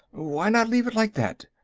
why not leave it like that?